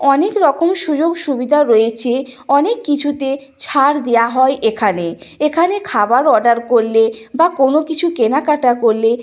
অনেক রকম সুযোগ সুবিধা রয়েছে অনেক কিছুতে ছাড় দেওয়া হয় এখানে এখানে খাবার অর্ডার করলে বা কোনো কিছু কেনাকাটা করলে